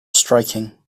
striking